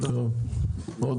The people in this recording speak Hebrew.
עוד